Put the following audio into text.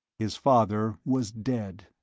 his father was dead,